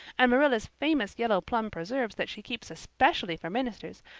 and marilla's famous yellow plum preserves that she keeps especially for ministers,